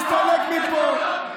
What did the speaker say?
תסתלק מפה.